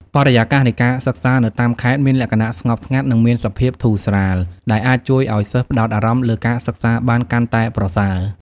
បរិយាកាសនៃការសិក្សានៅតាមខេត្តមានលក្ខណៈស្ងប់ស្ងាត់និងមានសភាពធូរស្រាល ដែលអាចជួយឱ្យសិស្សផ្តោតអារម្មណ៍លើការសិក្សាបានកាន់តែប្រសើរ។